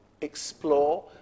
explore